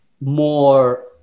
more